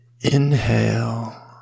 Inhale